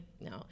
no